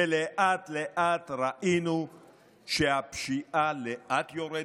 ולאט-לאט ראינו שהפשיעה יורדת,